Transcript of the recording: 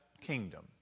kingdom